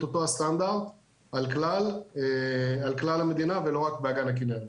אותו הסטנדרט על כלל המדינה ולא רק באגן הכנרת.